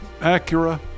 Acura